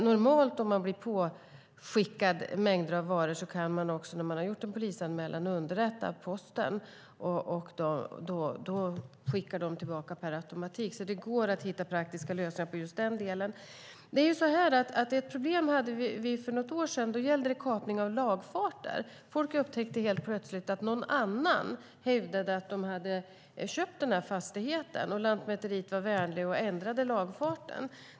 Normalt, om man får mängder av varor hemskickade, kan man när man har gjort en polisanmälan också underrätta Posten. Då skickar de tillbaka per automatik. Det går alltså att hitta praktiska lösningar i fråga om just den delen. Vi hade ett problem för något år sedan. Då gällde det kapning av lagfarter. Folk upptäckte helt plötsligt att andra hävdade att de hade köpt fastigheten, och på Lantmäteriet var man vänlig och ändrade lagfarten.